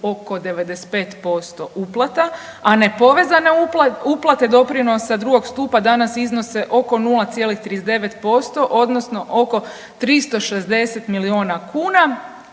oko 95% uplata, a nepovezane uplate doprinosa drugog stupa danas iznose oko 0,39% odnosno oko 360 milijuna kuna